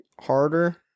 harder